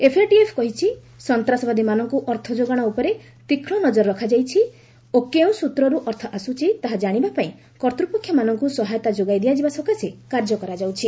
FATF କହିଛି ସନ୍ତାସବାଦୀମାନଙ୍କୁ ଅର୍ଥ ଯୋଗାଣ ଉପରେ ତୀକ୍ଷ୍କ ନଜର ରଖାଯାଇଛି ଓ କେଉଁ ସ୍ୱତ୍ରରୁ ଅର୍ଥ ଆସୁଛି ତାହା ଜାଶିବା ପାଇଁ କର୍ତ୍ତ୍ୱପକ୍ଷମାନଙ୍କୁ ସହାୟତା ଯୋଗାଇ ଦିଆଯିବା ସକାଶେ କାର୍ଯ୍ୟ କରାଯାଉଛି